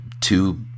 two